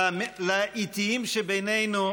לאיטיים שבינינו,